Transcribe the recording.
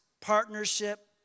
partnership